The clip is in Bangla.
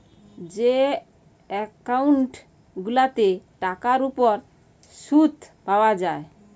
যে একউন্ট গুলাতে টাকার উপর শুদ পায়া যায়